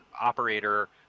operator